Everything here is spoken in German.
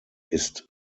ist